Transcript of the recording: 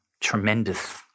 tremendous